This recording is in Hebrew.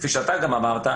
כפי שגם אתה אמרת,